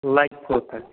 لگہِ کوتاہ